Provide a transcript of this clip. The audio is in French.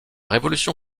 révolution